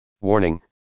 Warning